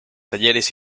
talleres